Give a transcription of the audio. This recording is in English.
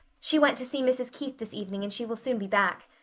she went to see mrs. keith this evening and she will soon be back.